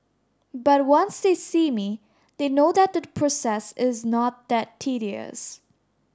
but once they see me they know that the process is not that tedious